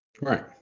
Right